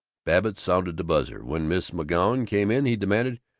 babbitt sounded the buzzer. when miss mcgoun came in, he demanded,